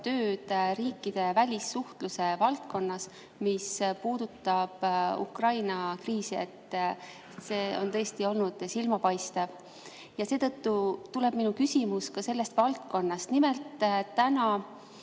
riikide välissuhtluse valdkonnas, mis puudutab Ukraina kriisi. See on tõesti olnud silmapaistev ja seetõttu tuleb ka mu küsimus selle valdkonna kohta. Nimelt, täna